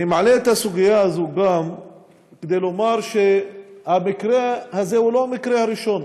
אני מעלה את הסוגיה הזאת גם כדי לומר שהמקרה הזה הוא לא המקרה הראשון,